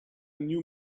new